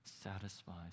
satisfies